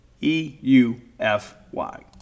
E-U-F-Y